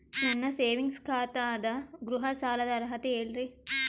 ನನ್ನ ಸೇವಿಂಗ್ಸ್ ಖಾತಾ ಅದ, ಗೃಹ ಸಾಲದ ಅರ್ಹತಿ ಹೇಳರಿ?